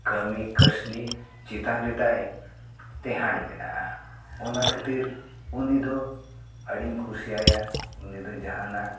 ᱠᱟᱹᱢᱤ ᱠᱟᱹᱥᱱᱤ ᱪᱮᱛᱟᱱ ᱨᱮᱛᱟᱭ ᱴᱮᱦᱟᱸᱰ ᱢᱮᱱᱟᱜᱼᱟ ᱚᱱᱟ ᱠᱷᱟᱹᱛᱤᱨ ᱩᱱᱤ ᱫᱚ ᱟᱰᱤᱧ ᱠᱩᱥᱤᱭᱟᱭᱟ ᱩᱱᱤ ᱫᱚ ᱡᱟᱦᱟᱱᱟᱜ